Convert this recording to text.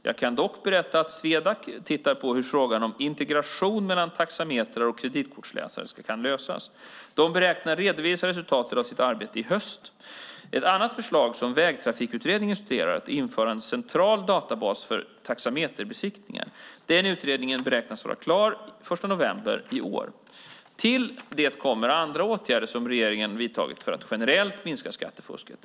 Jag kan dock berätta att Swedac tittar på hur frågan om integration mellan taxametrar och kreditkortsläsare kan lösas. De beräknar att redovisa resultatet av sitt arbete i höst. Ett annat förslag, som Vägtrafikregisterutredningen studerar, är att införa en central databas för taxameterbesiktningar. Den utredningen beräknas vara klar den 1 november i år. Till det kommer andra åtgärder som regeringen vidtagit för att generellt minska skattefusket.